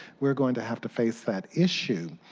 we are going to have to face that issue,